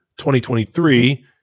2023